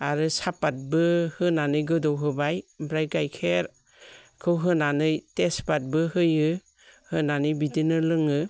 आरो सापातबो होनानै गोदौ होबाय ओमफ्राय गाइखेरखौ होनानै तेजपातबो होयो होनानै बिदिनो लोङो